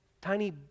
tiny